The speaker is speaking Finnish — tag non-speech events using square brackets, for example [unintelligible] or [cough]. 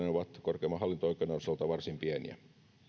[unintelligible] ne ovat korkeimman hallinto oikeuden osalta varsin pieniä